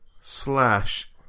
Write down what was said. slash